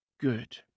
good